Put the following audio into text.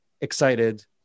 excited